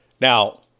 now